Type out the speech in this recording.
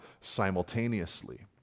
simultaneously